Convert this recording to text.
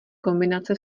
kombinace